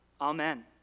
Amen